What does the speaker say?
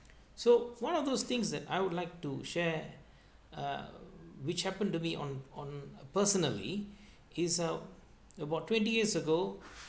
so one of those things that I would like to share uh which happen to be on on personally is out about twenty years ago